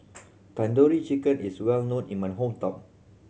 Tandoori Chicken is well known in my hometown